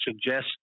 suggest